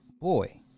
boy